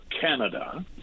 Canada